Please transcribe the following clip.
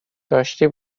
داشتی